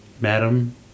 Madam